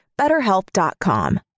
BetterHelp.com